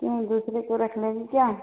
क्यूँ दूसरे को रख लेंगी क्या